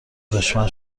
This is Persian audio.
دشمن